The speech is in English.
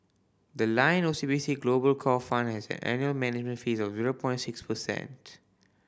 the Lion O C B C Global Core Fund has an annual manage fee of zero point six percent